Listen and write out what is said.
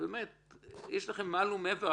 יש לכם מעל ומעבר.